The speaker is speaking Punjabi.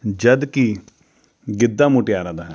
ਜਦ ਕੀ ਗਿੱਧਾ ਮੁਟਿਆਰਾਂ ਦਾ ਹੈ